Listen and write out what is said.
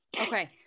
Okay